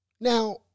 Now